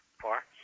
Four